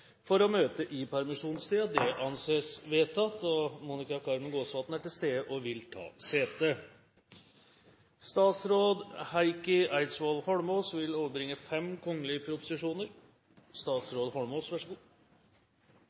for Østfold fylke, Monica Carmen Gåsvatn, foreslås innkalt for å møte i permisjonstiden. – Det anses vedtatt. Monica Carmen Gåsvatn er til stede og vil ta sete. Representanten Jørund Rytman vil